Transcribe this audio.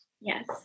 Yes